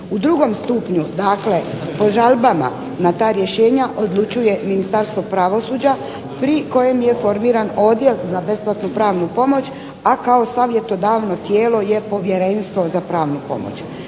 U drugom stupnju, dakle po žalbama na ta rješenja odlučuje Ministarstvo pravosuđa, pri kojem je formiran Odjel za besplatnu pravnu pomoć, a kao savjetodavno tijelo je Povjerenstvo za pravnu pomoć.